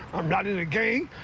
i'm not in a gang.